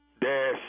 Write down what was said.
Dash